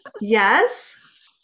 Yes